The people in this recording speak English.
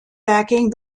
backing